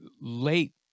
late